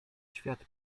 świat